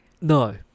No